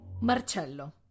Marcello